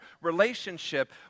relationship